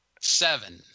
seven